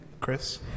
Chris